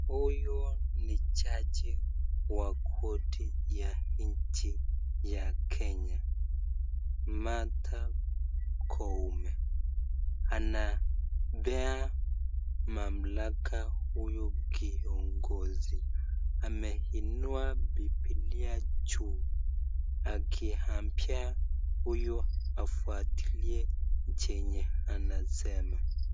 Huyu ni jaji wa koti ya nchi ya kenya Martha koome anampea mamlaka huyu kiongizi , ameinua bibilia juu akiambia huyu afuatilie chenye anasema.